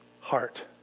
heart